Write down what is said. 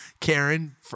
Karen